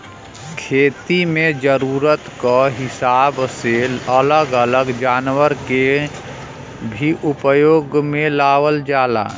खेती में जरूरत क हिसाब से अलग अलग जनावर के भी उपयोग में लावल जाला